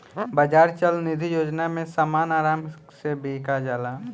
बाजार चल निधी योजना में समान आराम से बिका जाला